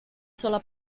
sola